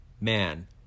Man